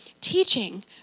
teaching